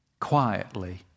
quietly